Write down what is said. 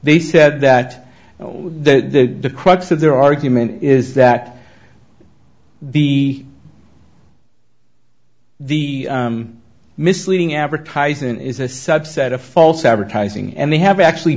they said that the crux of their argument is that the the misleading advertising is a subset of false advertising and they have actually